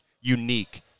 unique